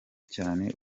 cyane